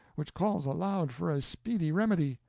which calls aloud for a speedy remedy.